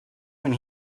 when